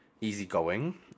easygoing